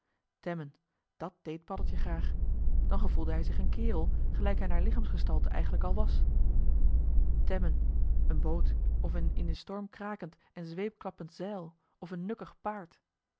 temmen dàt deed paddeltje graag dan gevoelde hij zich een kaerel gelijk hij naar lichaamsgestalte eigenlijk al was temmen een boot of een in den storm krakend en zweepklappend zeil of een nukkig paard